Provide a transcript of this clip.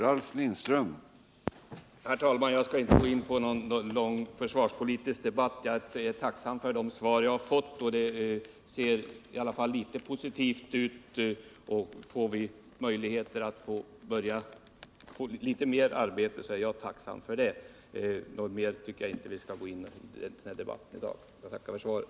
Herr talman! Jag skall inte gå in på någon lång försvarspolitisk debatt. Jag är tacksam för de svar som jag har fått. Det ser i alla fall litet positivt ut. Kan vi få några fler arbeten är jag tacksam för detta. Jag tycker inte att vi skall gå in i någon djupare debatt i dag utan ber att få tacka för svaret.